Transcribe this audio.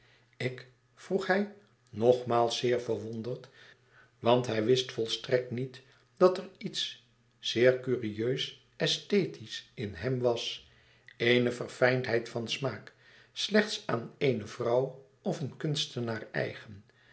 ik vroeg hij nogmaals zeer verwonderd want hij wist volstrekt niet dat er iets zeer curieus aesthetisch in hem was eene verfijndheid van smaak slechts aan eene vrouw of een kunstenaar eigen